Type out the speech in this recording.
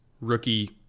rookie